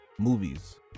Movies